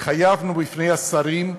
התחייבנו בפני השרים,